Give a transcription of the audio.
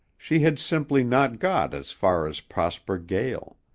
she had simply not got as far as prosper gael.